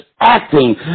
acting